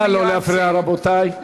נא לא להפריע, רבותי.